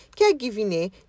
Caregiving